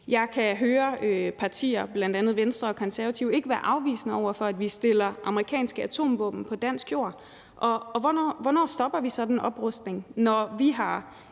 Jeg kan høre partier, bl.a. Venstre og Konservative, ikke være afvisende over for, at vi stiller amerikanske atomvåben på dansk jord, og hvornår stopper vi så den oprustning? Når vi har